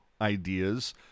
ideas